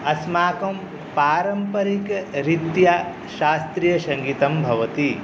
अस्माकं पारम्परिकरीत्या शास्त्रीयसङ्गीतं भवति